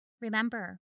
Remember